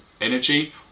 energy